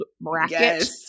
bracket